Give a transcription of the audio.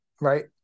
right